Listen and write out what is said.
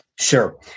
Sure